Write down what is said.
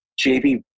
JB